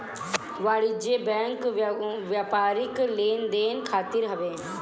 वाणिज्यिक बैंक व्यापारिक लेन देन खातिर हवे